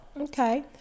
Okay